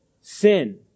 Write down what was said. sin